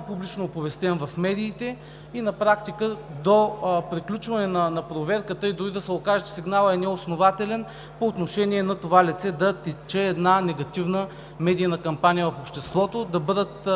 публично оповестен в медиите и на практика до приключване на проверката, и дори да се окаже, че сигналът е неоснователен, по отношение на това лице да тече една негативна медийна кампания в обществото, да бъдат